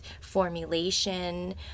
formulation